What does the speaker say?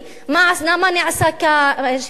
מה נעשה כאן,